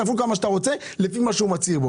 כפול כמה שאתה רוצה לפי מה שהוא מצהיר.